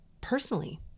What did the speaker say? Personally